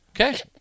Okay